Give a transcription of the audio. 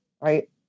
right